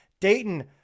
Dayton